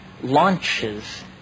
launches